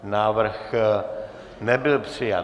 Návrh nebyl přijat.